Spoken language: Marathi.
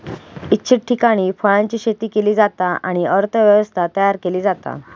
इच्छित ठिकाणी फळांची शेती केली जाता आणि अर्थ व्यवस्था तयार केली जाता